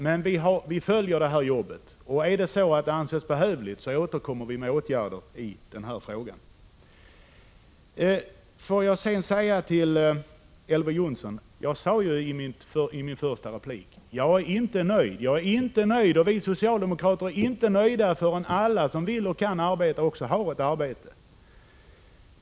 Men vi följer detta arbete, och om det anses behövligt återkommer vi med åtgärder i denna fråga. Till Elver Jonsson vill jag säga att jag i min första replik sade att jag och socialdemokraterna inte är nöjda förrän alla som vill och kan arbeta också har ett arbete.